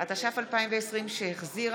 תודה.